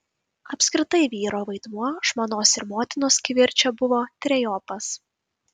apskritai vyro vaidmuo žmonos ir motinos kivirče buvo trejopas